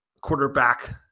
quarterback